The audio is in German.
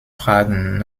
fragen